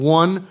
one